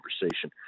conversation